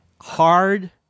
hard